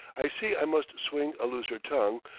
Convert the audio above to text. i see i must swing a looser tongue,